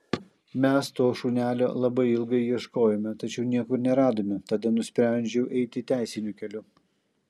mes to šunelio labai ilgai ieškojome tačiau niekur neradome tada nusprendžiau eiti teisiniu keliu